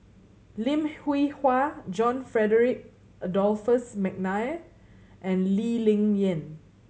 Lim Hwee Hua John Frederick Adolphus McNair and Lee Ling Yen